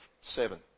seven